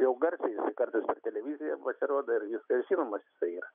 jau garsiai jisai kartais per televiziją pasirodo ir žinomas jisai yra